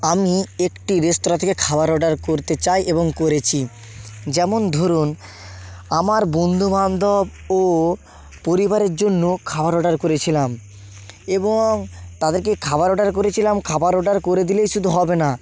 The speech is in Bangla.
আমি একটি রেস্তোরাঁ থেকে খাবার অর্ডার করতে চাই এবং করেছি যেমন ধরুন আমার বন্ধু বান্ধব ও পরিবারের জন্য খাওয়ার অর্ডার করেছিলাম এবং তাদেরকে খাওয়ার অর্ডার করেছিলাম খাবার অর্ডার করে দিলেই শুধু হবে না